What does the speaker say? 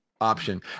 option